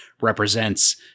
represents